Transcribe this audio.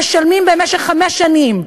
משלמים במשך חמש שנים.